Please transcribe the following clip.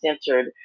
centered